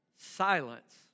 silence